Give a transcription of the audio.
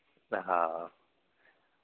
હા હા